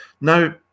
now